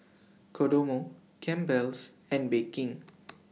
Kodomo Campbell's and Bake King